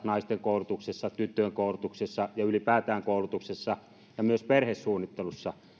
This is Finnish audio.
naisten koulutuksessa tyttöjen koulutuksessa ja ylipäätään koulutuksessa ja myös perhesuunnittelussa